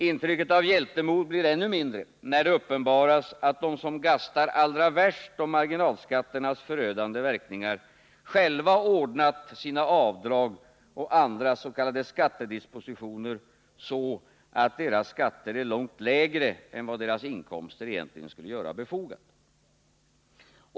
Intrycket av hjältemod blir ännu mindre när det uppenbaras att de som har gastat allra värst om marginalskatternas förödande verkningar själva har ordnat sina avdrag och andra s.k. skattedispositioner så, att deras skatter är långt lägre än vad deras inkomster egentligen gör befogat.